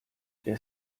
der